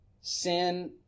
sin